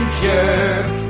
jerk